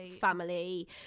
family